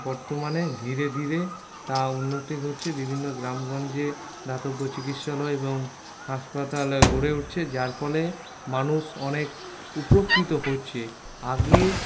বর্তমানে ধীরে ধীরে তা উন্নতি করছে বিভিন্ন গ্রামগঞ্জে দাতব্য চিকিৎসালয় এবং হাসপাতাল গড়ে উঠছে যার ফলে মানুষ অনেক উপকৃত হচ্ছে আগে